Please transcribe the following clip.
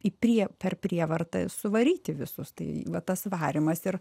į prie per prievartą suvaryti visus tai vat tas varymas ir